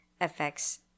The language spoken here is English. affects